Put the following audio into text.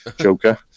joker